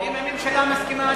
אם הממשלה מסכימה,